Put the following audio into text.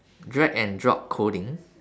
drag and drop coding